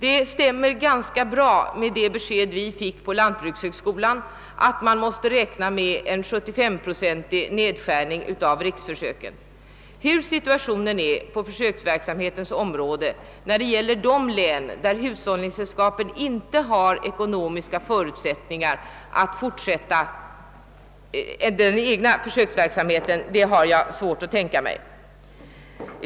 Detta stämmer ganska bra med det besked vi fick på lantbrukshögskolan, nämligen att man måste räkna med en 75-procentig nedskärning av riksförsöken. Hur situationen skall vara på försökssidans område i de län, där hushållningssällskapen inte har ekonomiska förutsättningar att fortsätta den egna försöksverksamheten, har jag svårt att tänka mig.